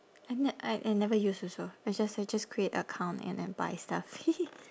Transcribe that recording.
I ne~ I I never use also I just I just create account and I buy stuff